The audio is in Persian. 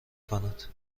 کند